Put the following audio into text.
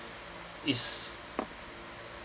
is